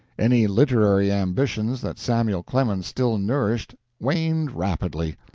any literary ambitions that samuel clemens still nourished waned rapidly.